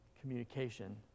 communication